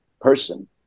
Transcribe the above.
person